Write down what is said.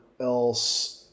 else